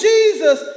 Jesus